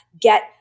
get